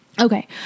Okay